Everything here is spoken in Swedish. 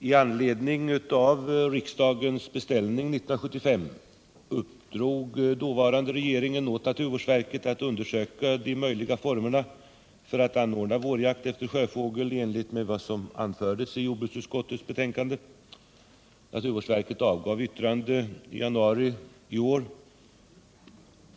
I anledning av riksdagens beställning 1975 uppdrog den dåvarande regeringen åt naturvårdsverket att undersöka de möjliga formerna för att anordna jakt efter sjöfågel enligt vad som anfördes i jordbruksutskottets betänkande. Naturvårdsverket avgav yttrande i januari i år.